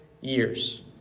years